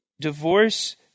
Divorce